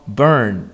,burn